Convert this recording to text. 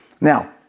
Now